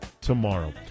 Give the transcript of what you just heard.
tomorrow